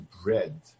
bread